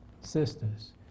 sisters